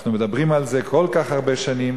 אנחנו מדברים על זה כל כך הרבה שנים.